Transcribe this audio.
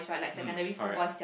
mm correct